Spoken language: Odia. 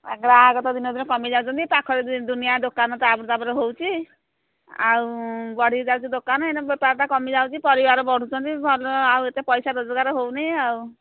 ଗାଁ କଥା ଦିନେ ଦିନେ କମି ଯାଉଛନ୍ତି ସେ ପାଖରେ ଦୁନିଆ ଦୋକାନ ତାପରେ ତାପରେ ହେଉଛି ଆଉ ବଢ଼ି ଯାଉଛି ଦୋକାନ ଏଇନେ ବେପାରଟା କମି ଯାଉଛି ପରିବାର ବଢ଼ୁଛନ୍ତି ଭଲ ଏତେ ପଇସା ରୋଜଗାର ହେଉନି ଆଉ